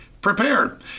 prepared